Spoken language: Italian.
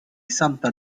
santa